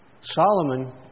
Solomon